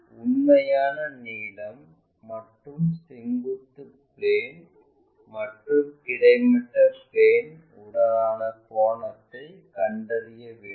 உண்மையான நீளம் மற்றும் செங்குத்து பிளேன் மற்றும் கிடைமட்ட பிளேன் உடனான கோணத்தை கண்டறிய வேண்டும்